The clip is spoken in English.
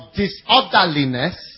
disorderliness